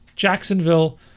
Jacksonville